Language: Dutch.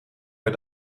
per